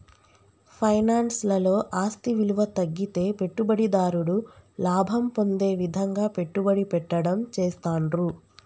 finance లలో ఆస్తి విలువ తగ్గితే పెట్టుబడిదారుడు లాభం పొందే విధంగా పెట్టుబడి పెట్టడం చేస్తాండ్రు